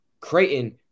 Creighton